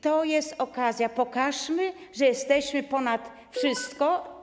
To jest okazja, żeby pokazać, że jesteśmy ponad wszystko.